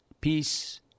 Peace